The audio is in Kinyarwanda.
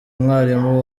mwarimu